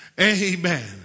Amen